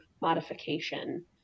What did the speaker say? modification